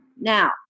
Now